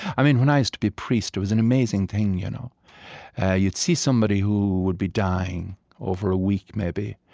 i mean when i used to be a priest, it was an amazing thing you know you'd see somebody who would be dying over a week, maybe,